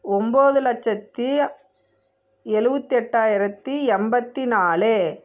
ஒன்போது லட்சத்தி எழுவத்தெட்டாயிரத்தி எண்பத்தி நாலு